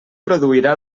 produirà